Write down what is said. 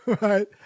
right